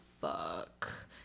fuck